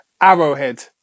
arrowhead